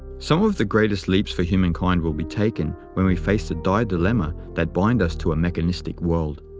some of the greatest leaps for humankind will be taken when we face the dire dilemma that binds us to a mechanistic world.